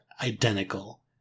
identical